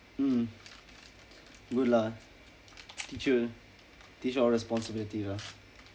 mm good lah teach you teach all responsibility lah